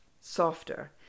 softer